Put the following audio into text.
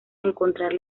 encontrar